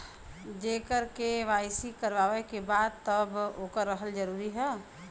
जेकर के.वाइ.सी करवाएं के बा तब ओकर रहल जरूरी हे?